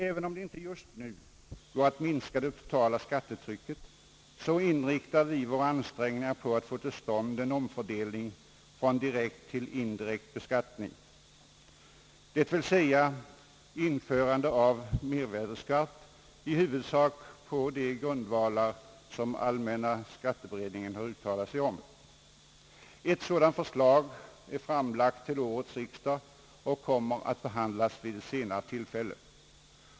Även om det inte just nu går att minska det totala skattetrycket nämnvärt, så inriktar vi våra ansträngningar på att få till stånd en omfördelning från direkt till indirekt beskattning, d. v. s. införande av mervärdeskatt, i huvudsak på de grundvalar som allmänna skatteberedningen har uttalat sig för. Ett sådant förslag kombinerat med nya skatteskalor är framlagt till årets riksdag och kommer att behandlas vid ett senare tillfälle.